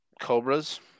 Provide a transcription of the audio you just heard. cobras